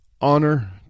Honor